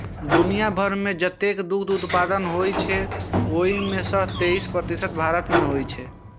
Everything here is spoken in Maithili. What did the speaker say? दुनिया भरि मे जतेक दुग्ध उत्पादन होइ छै, ओइ मे सं तेइस प्रतिशत भारत मे होइ छै